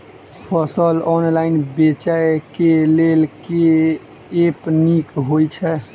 फसल ऑनलाइन बेचै केँ लेल केँ ऐप नीक होइ छै?